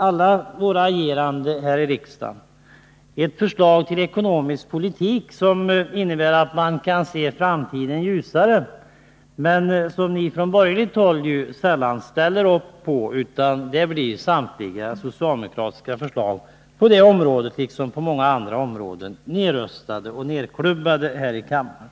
Allt vårt agerande här i riksdagen inrymmer också förslag till en ekonomisk politik som innebär att man kan se ljusare på framtiden. Men från borgerligt håll ställer ni ju sällan upp på det. Samtliga socialdemokratiska förslag på det området liksom på många andra områden blir nedröstade och nedklubbade här i kammaren.